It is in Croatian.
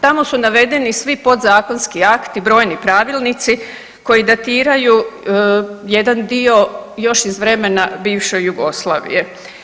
Tamo su navedeni svi podzakonski akti, brojni pravilnici koji datiraju jedan još iz vremena bivše Jugoslavije.